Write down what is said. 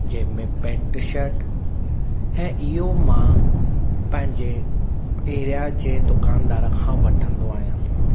जंहिंमें pant shirt ऐं इहो मां पंहिंजे एरीआ जे दुकानदार खां वठंदो आहियां